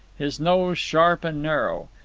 his nose sharp and narrow.